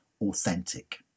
authentic